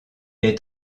est